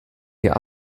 ihr